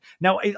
Now